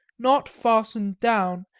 not fastened down,